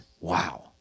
Wow